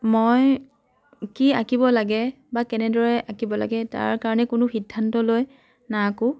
মই কি আঁকিব লাগে বা কেনেদৰে আঁকিব লাগে তাৰ কাৰণে কোনো সিদ্ধান্ত লৈ নাআঁকো